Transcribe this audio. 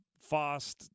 Fast